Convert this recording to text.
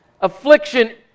Affliction